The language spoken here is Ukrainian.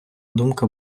думка